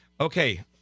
Okay